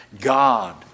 God